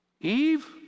Eve